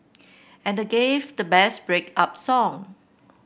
and they gave the best break up song